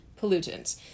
pollutants